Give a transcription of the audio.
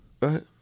right